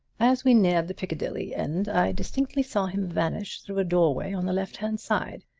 as we neared the piccadilly end i distinctly saw him vanish through a doorway on the lefthand side.